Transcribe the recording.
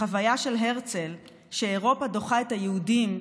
החוויה של הרצל היא שאירופה דוחה את היהודים,